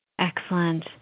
Excellent